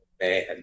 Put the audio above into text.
man